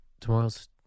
Tomorrow's